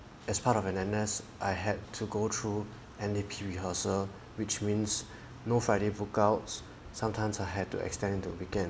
as part of an N_S I had to go through N_D_P rehearsal which means no friday book outs sometimes I had to extend into weekend